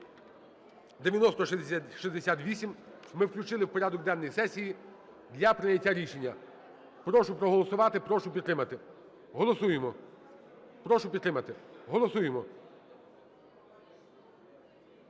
9068 ми включили в порядок денний сесії для прийняття рішення. Прошу проголосувати, прошу підтримати. Голосуємо! Прошу підтримати, голосуємо.